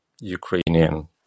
Ukrainian